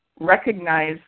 recognize